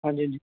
ਹਾਂਜੀ ਹਾਂਜੀ